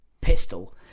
pistol